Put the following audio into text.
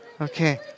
Okay